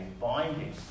binding